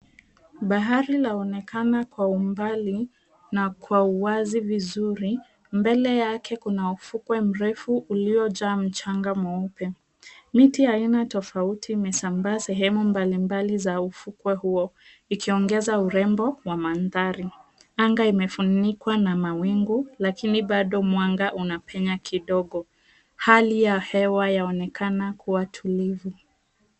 Bahari laonekana kwa umbali na kwa uwazi vizuri. Mbele yake kuna ufukwe mrefu uliojaa mchanga mweupe. Miti aina tofauti imesambaa sehemu mbalimbali za ufukwe huo ikiongeza urembo wa mandhari. Anga imefunikwa na mawingu lakini bado mwanga unapenya kidogo. Hali ya hewa yaonekana kuwa tulivu.